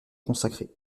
consacrés